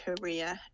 career